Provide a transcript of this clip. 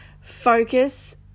focus